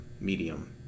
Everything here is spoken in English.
medium